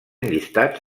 llistats